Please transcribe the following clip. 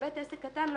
שבית עסק קטן,